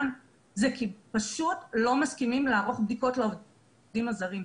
זה פשוט כי לא מסכימים לערוך בדיקות לעובדים הזרים.